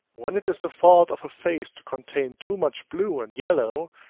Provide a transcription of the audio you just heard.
when it is the fault of a face to contain too much blue and yellow,